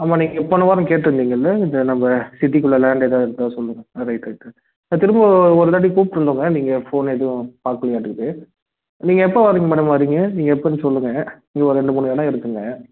ஆமாம் நீங்கள் போன வாரம் கேட்ருந்தீங்கல்ல இங்க நம்ம சிட்டிக்குள்ள லேண்ட் ஏதாவது இருந்தால் சொல்லுங்கன்னு ரைட் ரைட் ரைட் திரும்பவும் ஒருதாட்டி கூப்பிட்ருந்தோங்க நீங்கள் ஃபோன் எதுவும் பாக்லயாட்ருக்குது நீங்கள் எப்போ வர்றீங்க மேடம் வர்றீங்க நீங்கள் எப்போன்னு சொல்லுங்கள் இங்க ஒரு ரெண்டு மூணு இடம் இருக்குதுங்க